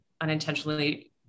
unintentionally